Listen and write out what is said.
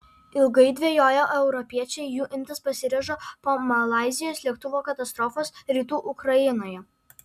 ilgai dvejoję europiečiai jų imtis pasiryžo po malaizijos lėktuvo katastrofos rytų ukrainoje